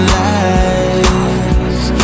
lies